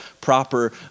proper